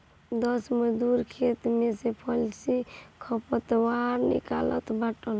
दस मजूर खेते में से फसली खरपतवार निकालत बाटन